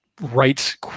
writes